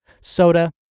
soda